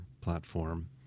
platform